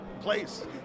place